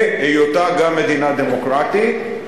והיותה גם מדינה דמוקרטית.